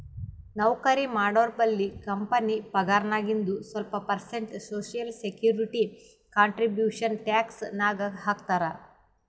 ನೌಕರಿ ಮಾಡೋರ್ಬಲ್ಲಿ ಕಂಪನಿ ಪಗಾರ್ನಾಗಿಂದು ಸ್ವಲ್ಪ percent social security contribution tax ನಾಗ್ ಹಾಕ್ತಾರ್